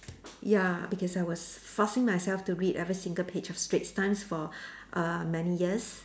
ya because I was forcing myself to read every single page of Straits Times for uh many years